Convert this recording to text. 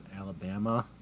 Alabama